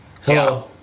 Hello